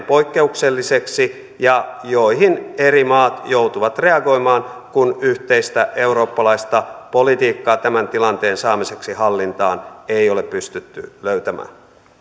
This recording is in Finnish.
poikkeukselliseksi ja joihin eri maat joutuvat reagoimaan kun yhteistä eurooppalaista politiikkaa tämän tilanteen saamiseksi hallintaan ei ole pystytty löytämään